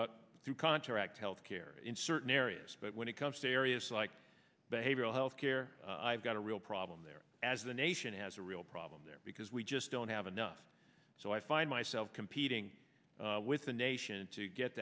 to contract health care in certain areas but when it comes to areas like behavioral health care i've got a real problem there as the nation has a real problem there because we just don't have enough so i find myself competing with the nation to get